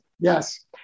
yes